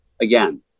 again